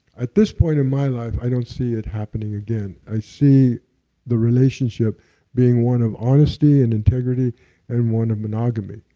at this point in my life, i don't see it happening again. i see the relationship being one of honesty and integrity and one of monogamy.